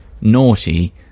naughty